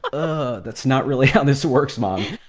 um that's not really how this works, mom